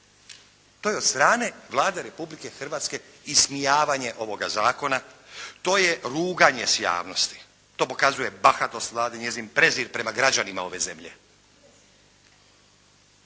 to je od strane Vlade Republike Hrvatske ismijavanje ovoga zakona, to je ruganje s javnosti. To pokazuje bahatost Vlade, njezin prezir prema građanima ove zemlje